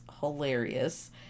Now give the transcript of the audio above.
hilarious